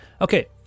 Okay